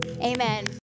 Amen